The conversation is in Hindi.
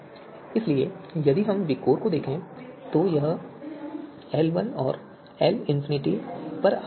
इसलिए यदि हम विकोर को देखें तो यह L1 और L∞ पर आधारित है